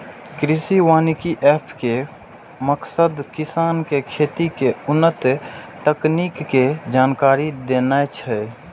कृषि वानिकी एप के मकसद किसान कें खेती के उन्नत तकनीक के जानकारी देनाय छै